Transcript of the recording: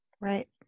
Right